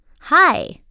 Hi